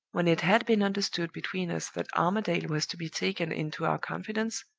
when it had been understood between us that armadale was to be taken into our confidence,